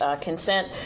consent